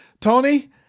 Tony